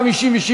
57,